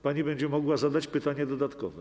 Pani będzie mogła zadać pytanie dodatkowe.